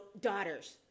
daughters